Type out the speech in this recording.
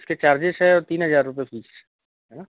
इसके चार्जेस है तीन हज़ार रुपये फीस है ना